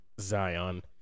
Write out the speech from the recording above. Zion